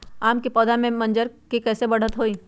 आम क पौधा म मजर म कैसे बढ़त होई?